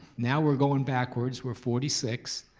now we're going backwards, we're forty sixth.